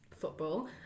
football